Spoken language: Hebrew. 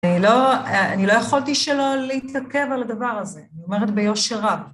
אני לא יכולתי שלא להתעכב על הדבר הזה, אני אומרת ביושר רב.